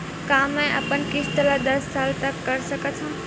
का मैं अपन किस्त ला दस साल तक कर सकत हव?